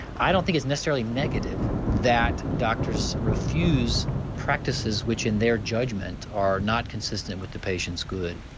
i don't think it's necessarily negative that doctors refuse practices which in their judgment are not consistent with the patient's good,